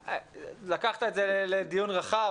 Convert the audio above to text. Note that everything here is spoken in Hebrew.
לקחת את זה לדיון רחב,